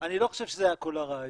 אני לא חושב שזה היה כל הרעיון.